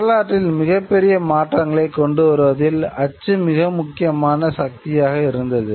வரலாற்றில் மிகப்பெரிய மாற்றங்களைக் கொண்டுவருவதில் அச்சு மிக முக்கியமான சக்தியாக இருந்தது